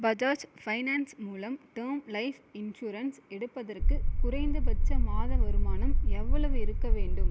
Bajaj finance மூலம் term life insurance எடுப்பதற்கு குறைந்தபட்ச மாத வருமானம் எவ்வளவு இருக்க வேண்டும்